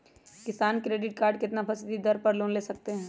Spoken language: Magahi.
किसान क्रेडिट कार्ड कितना फीसदी दर पर लोन ले सकते हैं?